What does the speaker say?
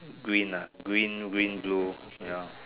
green ah green green blue ya